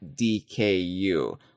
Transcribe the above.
DKU